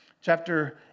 chapter